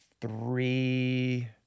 three